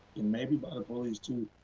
and maybe by the police to,